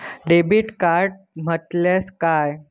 Debit card म्हटल्या काय?